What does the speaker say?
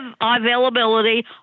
availability